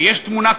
ויש תמונה כוללת,